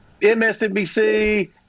MSNBC